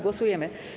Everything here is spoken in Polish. Głosujemy.